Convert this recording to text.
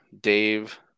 Dave